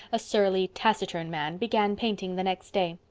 a surly, taciturn man, began painting the next day.